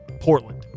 Portland